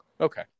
okay